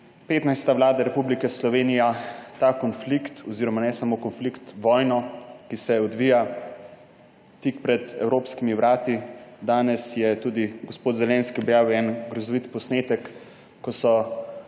15. vlada Republike Slovenije ta konflikt oziroma ne samo konflikt, vojno, ki se odvija tik pred evropskimi vrati – danes je tudi gospod Zelenski objavil en grozovit posnetek, ko so